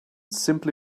simply